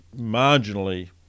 marginally